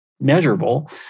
measurable